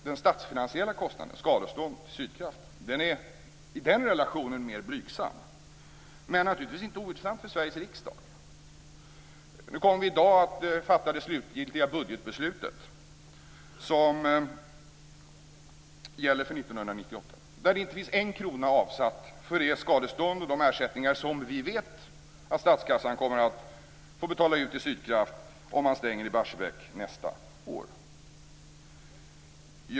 Den statsfinansiella kostnaden - skadestånd till Sydkraft - är i den relationen mer blygsam, men naturligtvis inte ointressant för Sveriges riksdag. Vi kommer i dag att fatta det slutgiltiga budgetbeslutet, som gäller för 1998. Det finns inte en krona avsatt för det skadestånd och de ersättningar som vi vet att statskassan kommer att få betala ut till Sydkraft om man stänger i Barsebäck nästa år.